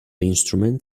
instrument